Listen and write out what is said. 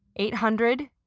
eight hundred